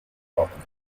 property